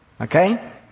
Okay